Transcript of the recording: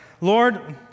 Lord